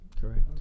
correct